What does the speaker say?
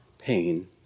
pain